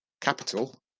capital